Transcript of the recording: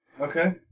Okay